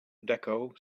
deco